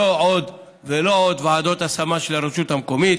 לא עוד ועדות השמה של הרשות המקומית.